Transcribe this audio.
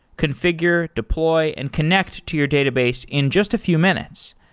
configure, deploy and connect to your database in just a few minutes.